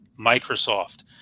Microsoft